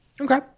Okay